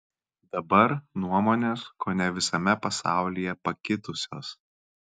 dabar nuomonės kuone visame pasaulyje pakitusios